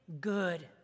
good